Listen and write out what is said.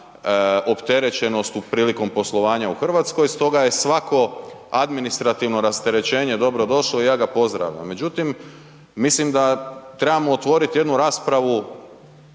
opterećenost prilikom poslovanja u Hrvatskoj. Stoga je svako administrativno rasterećenje dobro došlo i ja ga pozdravljam. Međutim, mislim da trebamo otvoriti jednu raspravu,